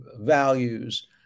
values